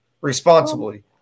responsibly